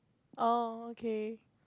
oh okay